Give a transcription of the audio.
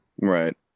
right